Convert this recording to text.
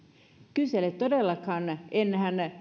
kyse ei ole todellakaan enää